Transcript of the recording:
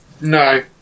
No